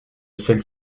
celle